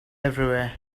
everywhere